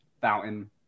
fountain